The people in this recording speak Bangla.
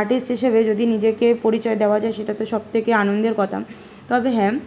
আর্টিস্ট হিসেবে যদি নিজেকে পরিচয় দেওয়া যায় সেটা তো সবথেকে আনন্দের কথা তবে হ্যাঁ